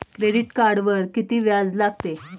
Credit कार्डवर किती व्याज लागते?